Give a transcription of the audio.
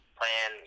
plan